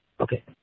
okay